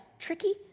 Tricky